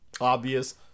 obvious